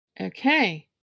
Okay